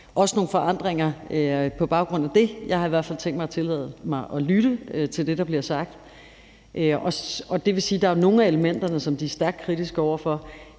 nogle forandringer på baggrund af det. Jeg har i hvert fald tænkt mig at lytte til det, der bliver sagt. Der er nogle af elementerne, som de er stærkt kritiske over for.